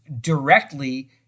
directly